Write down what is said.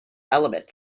elements